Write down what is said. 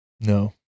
No